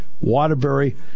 Waterbury